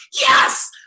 yes